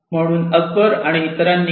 म्हणून अकबर आणि इतरांनी Akbar et al